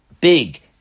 big